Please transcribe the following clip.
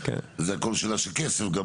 זה הכול עניין של כסף.